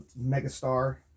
megastar